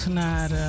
naar